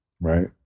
right